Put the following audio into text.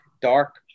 dark